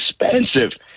expensive